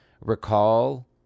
recall